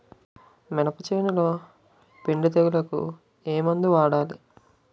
మినప చేనులో పిండి తెగులుకు ఏమందు వాడాలి?